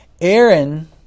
Aaron